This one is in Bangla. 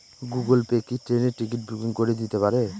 গুগল পে কি ট্রেনের টিকিট বুকিং করে দিতে পারে?